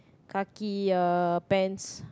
khaki uh pants